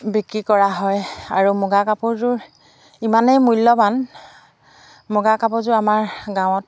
বিক্ৰী কৰা হয় আৰু মুগা কাপোৰযোৰ ইমানেই মূল্যৱান মুগা কাপোৰযোৰ আমাৰ গাঁৱত